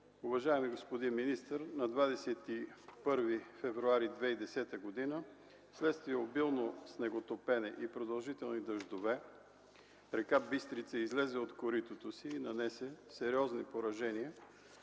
Уважаеми господин министър, на 21 февруари 2010 г. вследствие на обилно снеготопене и продължителни дъждове река Бистрица излезе от коритото си и нанесе сериозни поражения